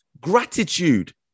gratitude